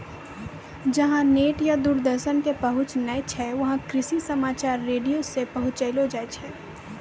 जहां नेट या दूरदर्शन के पहुंच नाय छै वहां कृषि समाचार रेडियो सॅ पहुंचैलो जाय छै